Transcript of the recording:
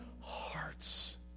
hearts